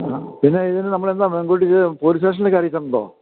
അ പിന്നെ ഇത് നമ്മളെന്താ പോലീസ് സ്റ്റേഷൻലൊക്കെ അറിയിച്ചിട്ടുണ്ടോ